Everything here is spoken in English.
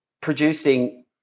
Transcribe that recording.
producing